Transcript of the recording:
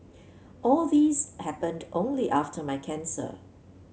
all these happened only after my cancer